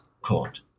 court